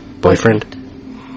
boyfriend